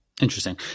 Interesting